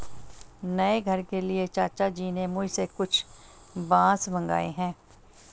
नए घर के लिए चाचा जी ने मुझसे कुछ बांस मंगाए हैं